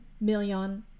million